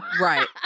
right